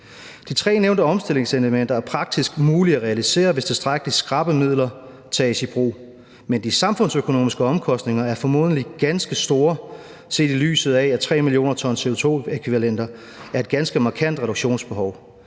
De tre nævnte omstillingselementer er praktisk mulige at realisere, hvis tilstrækkeligt skrappe virkemidler tages i brug, men de samfundsøkonomiske omkostninger er formodentligt ganske store set i lyset af, at 3 mio. ton CO2e er et ganske markant reduktionsbehov.